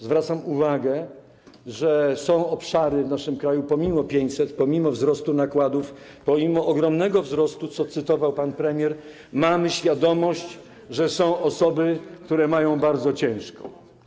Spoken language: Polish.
Zwracam uwagę, że są obszary w naszym kraju - pomimo 500, pomimo wzrostu nakładów, pomimo ogromnego wzrostu, co cytował pan premier, mam taką świadomość - gdzie są osoby, które mają bardzo ciężko.